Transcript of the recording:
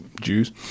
Jews